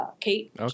Kate